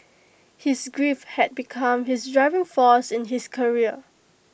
his grief had become his driving force in his career